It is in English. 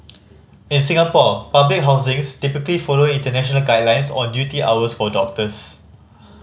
in Singapore public hospitals typically follow international guidelines on duty hours for doctors